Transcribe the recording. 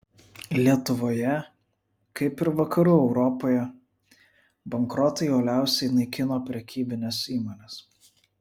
lietuvoje kaip ir vakarų europoje bankrotai uoliausiai naikino prekybines įmones